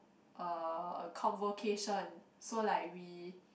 uh convocation so like we